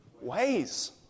ways